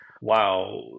wow